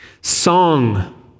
Song